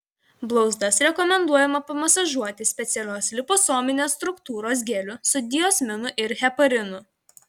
blauzdas rekomenduojama pamasažuoti specialios liposominės struktūros geliu su diosminu ir heparinu